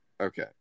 Okay